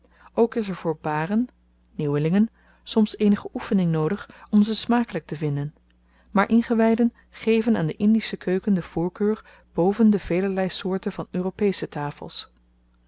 ook is er voor baren nieuwelingen soms eenige oefening noodig om ze smakelyk te vinden maar ingewyden geven aan de indische keuken de voorkeur boven de velerlei soorten van europesche tafels